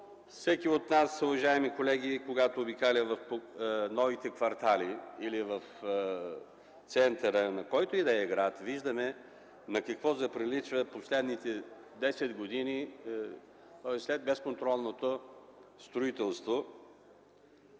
Всеки от нас, уважаеми колеги, когато обикаля в новите квартали или в центъра на който и да е град, виждаме на какво заприличват през последните десет години след безконтролното строителство.